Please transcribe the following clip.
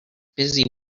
busy